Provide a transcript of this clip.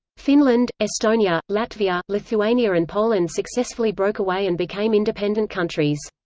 finland, estonia, latvia, lithuania and poland successfully broke away and became independent countries.